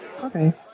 Okay